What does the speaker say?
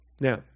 Now